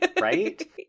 Right